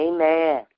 Amen